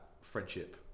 friendship